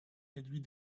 réduit